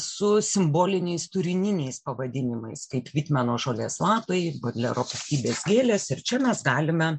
su simboliniais turiningais pavadinimais kaip vitmeno žolės lapai bodlero piktybės gėlės ir čia mes galime